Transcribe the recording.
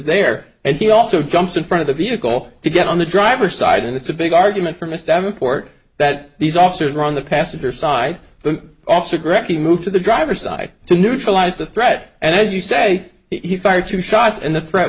there and he also jumps in front of the vehicle to get on the driver side and it's a big argument for missed every port that these officers are on the passenger side the officer greggy moved to the driver's side to neutralize the threat and as you say he fired two shots and the threat